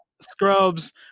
scrubs